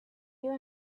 you